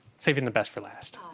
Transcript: saving the best for last